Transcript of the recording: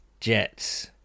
Jets